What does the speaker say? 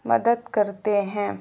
مدد کرتے ہیں